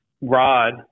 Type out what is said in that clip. rod